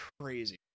crazy